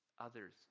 others